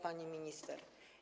Pani Minister!